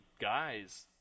guys